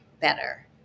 Better